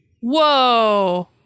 Whoa